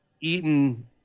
eaten